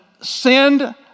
send